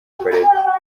ikorera